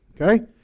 okay